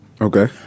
Okay